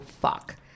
fuck